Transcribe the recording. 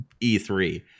E3